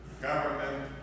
government